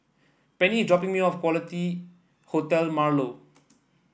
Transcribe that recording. Penni is dropping me off Quality Hotel Marlow